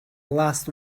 last